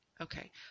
Okay